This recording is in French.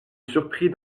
surprit